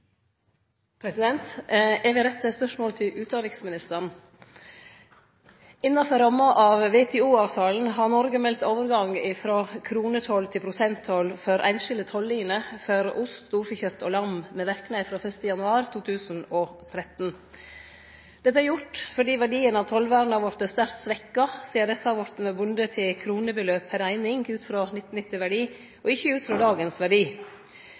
Eg vil rette spørsmålet til utanriksministeren. Innanfor ramma av WTO-avtalen har Noreg meldt overgang frå kronetoll til prosenttoll for einskilde tolliner for ost, storfekjøt og lam med verknad frå 1. januar 2013. Det vart gjort fordi verdien av tollvernet hadde vorte sterkt svekt sidan dette har vore bunde til kronebeløp per eining ut frå 1990-verdi og ikkje ut frå dagens verdi.